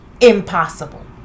impossible